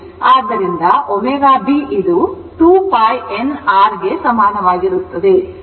ಆದ್ದರಿಂದ ω b ಇದು 2 π n r ಗೆ ಸಮಾನವಾಗಿರುತ್ತದೆ